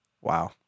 wow